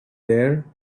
there